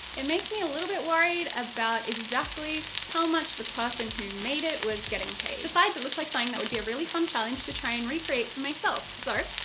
it makes me a little bit worried about exactly how much the person who made it was getting paid. besides, it looked like something that would be a really fun challenge to try and recreate for myself. so,